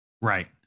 Right